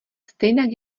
stejnak